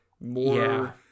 more